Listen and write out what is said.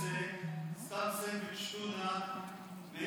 מוצרים של חברות שמעלות מחירים כרגע.